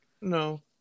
no